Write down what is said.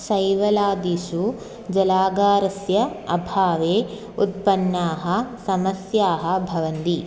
शैवलादिषु जलागारस्य अभावे उत्पन्नाः समस्याः भवन्ति